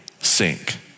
sink